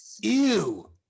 Ew